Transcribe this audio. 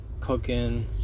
cooking